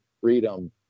Freedom